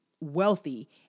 wealthy